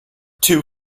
two